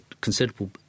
considerable